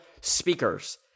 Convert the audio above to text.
speakers